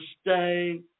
stay